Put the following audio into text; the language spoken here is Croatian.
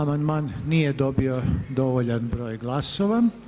Amandman nije dobio dovoljan broj glasova.